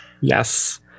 yes